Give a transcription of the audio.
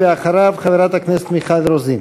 אחריו, חברת הכנסת מיכל רוזין.